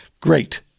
Great